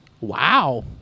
Wow